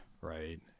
right